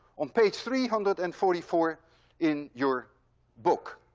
on page three hundred and forty four in your book.